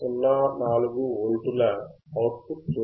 04 వోల్టుల output చూస్తున్నారు